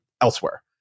elsewhere